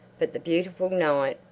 but the beautiful night,